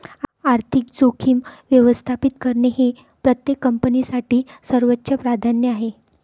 आर्थिक जोखीम व्यवस्थापित करणे हे प्रत्येक कंपनीसाठी सर्वोच्च प्राधान्य आहे